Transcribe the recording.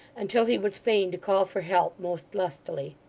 until he was fain to call for help, most lustily.